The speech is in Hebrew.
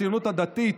הציונות הדתית,